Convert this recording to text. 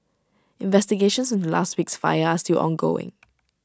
investigations into last week's fire are still ongoing